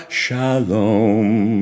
shalom